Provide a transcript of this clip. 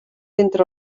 entre